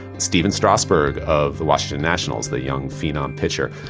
steven strosberg, of the washington nationals, the young phenom pitcher,